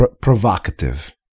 provocative